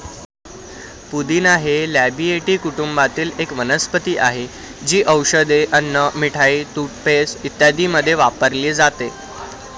पुदिना हे लॅबिएटी कुटुंबातील एक वनस्पती आहे, जी औषधे, अन्न, मिठाई, टूथपेस्ट इत्यादींमध्ये वापरली जाते